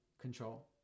control